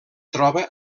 troba